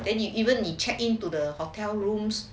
then if even if you checked into the hotel rooms